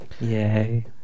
Yay